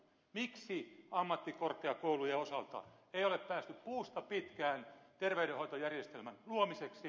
miksi ammattikorkeakoulujen osalta ei ole päästy puusta pitkään terveydenhoitojärjestelmän luomiseksi